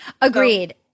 Agreed